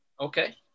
Okay